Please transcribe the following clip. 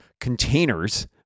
containers